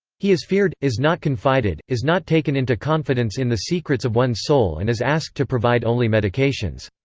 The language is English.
he is feared, is not confided, is not taken into confidence in the secrets of one's soul and is asked to provide only medications.